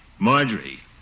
Marjorie